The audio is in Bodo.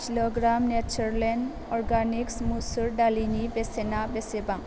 किल'ग्राम नेचारलेण्ड अर्गानिक्स मुसुर दालिनि बेसेना बेसेबां